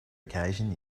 occasion